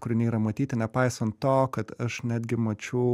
kūriniai yra matyti nepaisant to kad aš netgi mačiau